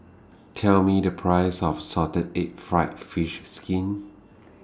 Tell Me The Price of Salted Egg Fried Fish Skin